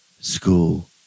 School